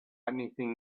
anything